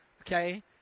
Okay